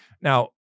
Now